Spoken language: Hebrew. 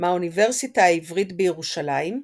מהאוניברסיטה העברית בירושלים,